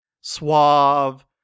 suave